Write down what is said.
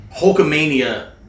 Hulkamania